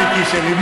מיקי שלי,